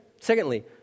secondly